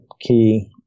key